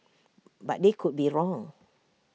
but they could be wrong